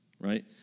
right